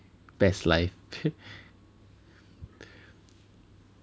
best life